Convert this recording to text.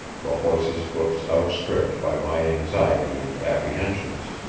the horses' hoofs outstripped by my anxiety and apprehensions.